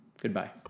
Goodbye